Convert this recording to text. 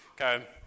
Okay